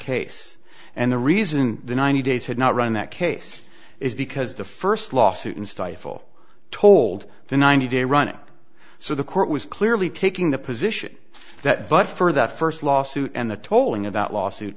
case and the reason the ninety days had not run that case is because the first lawsuit in stifle told the ninety day run so the court was clearly taking the position that but for that first lawsuit and the tolling of that lawsuit